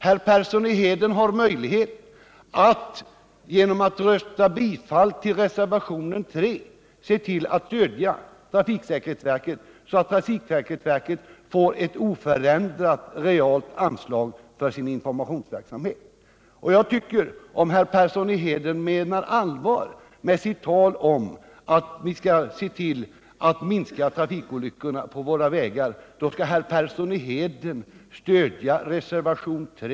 Arne Persson har möjlighet att genom att rösta på reservationen 3 stödja trafiksäkerhetsverket så att trafiksäkerhetsverket får ett oförändrat realt anslag för sin informa tionsverksamhet. Om Arne Persson menar allvar med sitt tal om att minska trafikolyckorna på våra vägar skall alltså Arne Persson stödja reservation 3.